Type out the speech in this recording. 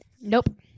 Nope